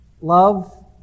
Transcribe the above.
love